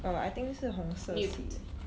uh I think 是红色 sea